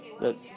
Look